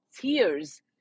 tears